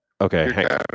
Okay